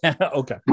okay